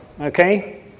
okay